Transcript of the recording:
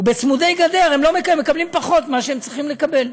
וצמודי גדר מקבלים פחות ממה שהם צריכים לקבל.